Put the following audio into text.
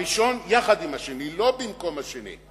הראשון יחד עם השני ולא במקום השני.